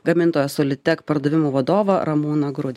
gamintojo solitek pardavimų vadovą ramūną grudį